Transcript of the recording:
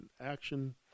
action